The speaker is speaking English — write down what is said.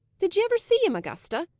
did ye ever see him, augusta?